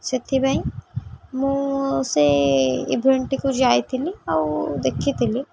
ସେଥିପାଇଁ ମୁଁ ସେ ଇଭେଣ୍ଟ୍ଟିକୁ ଯାଇଥିଲି ଆଉ ଦେଖିଥିଲି